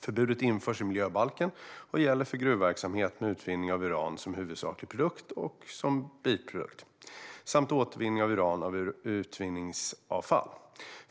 Förbudet införs i miljöbalken och gäller för gruvverksamhet med utvinning av uran som huvudsaklig produkt och biprodukt samt återvinning av uran ur utvinningsavfall.